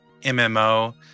MMO